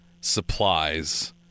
supplies